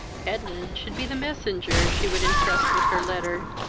edwin should be the messenger she would entrust with her letter.